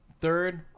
Third